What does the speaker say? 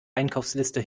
einkaufsliste